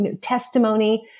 testimony